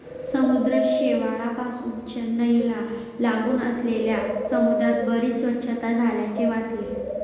समुद्र शेवाळापासुन चेन्नईला लागून असलेल्या समुद्रात बरीच स्वच्छता झाल्याचे वाचले